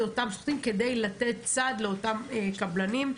אותם שחקנים כדי לתת סעד לאותם קבלנים.